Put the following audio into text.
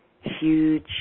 huge